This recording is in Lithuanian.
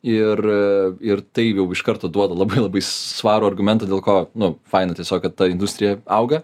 ir ir tai gau iš karto duoda labai labai svarų argumentą dėl ko nu faina tiesiog kad ta industrija auga